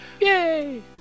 yay